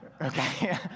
Okay